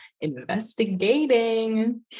investigating